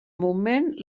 moment